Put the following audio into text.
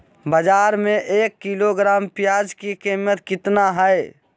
बाजार में एक किलोग्राम प्याज के कीमत कितना हाय?